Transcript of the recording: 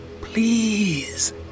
please